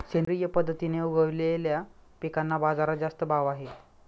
सेंद्रिय पद्धतीने उगवलेल्या पिकांना बाजारात जास्त भाव आहे